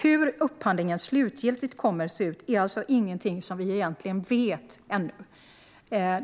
Hur upphandlingen slutgiltigt kommer att se ut är ingenting som vi ännu vet.